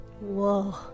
Whoa